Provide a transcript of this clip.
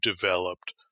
developed